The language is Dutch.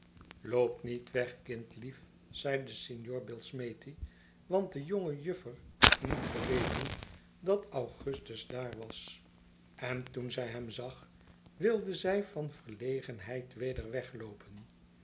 loop niet weg kindlief zeide signor billsmethi want de jonge juffer had niet geweten dat augustus daar was en toen zij hem zag wilde zij van verlegenheid weder wegloopen